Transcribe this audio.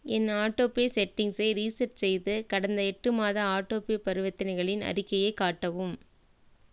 என் autopay செட்டிங்ஸை reset செய்து கடந்த எட்டு மாத ஆட்டோபே பரிவர்த்தனைகளின் அறிக்கையை காட்டவும்